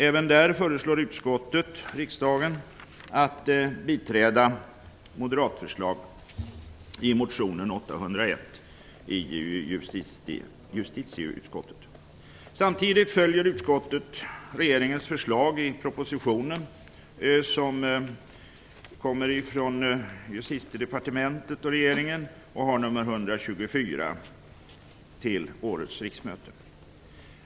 Även där föreslår utskottet riksdagen att biträda moderata förslag i motionen Ju801. Samtidigt följer utskottet regeringens förslag i propositionen som kommer från Justitiedepartementet och regeringen och har nr 124.